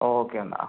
okay എന്നാൽ